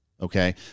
Okay